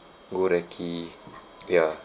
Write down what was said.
go recce ya